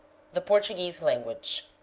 the portuguese language